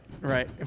right